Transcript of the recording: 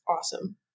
Awesome